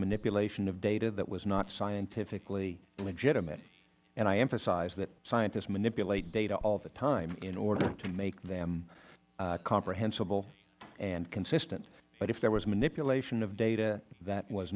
manipulation of data that was not scientifically legitimate and i emphasize that scientists manipulate data all the time in order to make them comprehensible and consistent but if there was manipulation of data that was